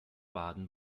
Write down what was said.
baden